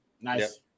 Nice